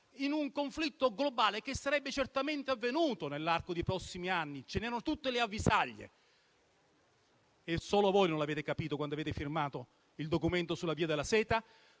in un conflitto globale che sarebbe certamente avvenuto nell'arco dei prossimi anni (ce n'erano tutte le avvisaglie e solo voi non lo avete capito quando avete firmato il documento sulla nuova via della seta)